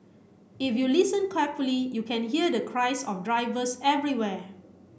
if you listen carefully you can hear the cries of drivers everywhere